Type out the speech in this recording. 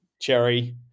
Cherry